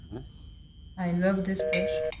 i love this brush.